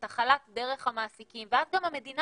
את החל"ת דרך המעסיקים ואז גם המדינה